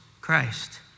Christ